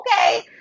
Okay